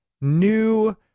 new